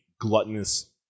gluttonous